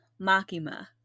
Makima